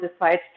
decide